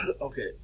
okay